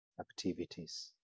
activities